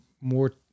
more